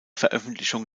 veröffentlichung